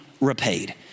repaid